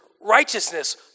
righteousness